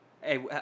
Hey